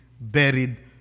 buried